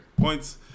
points